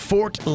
Fort